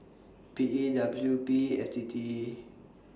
P E W P F T T